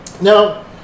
Now